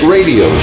Radio